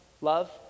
love